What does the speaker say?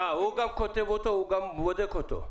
אה, הוא גם כותב אותו וגם בודק אותו.